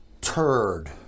turd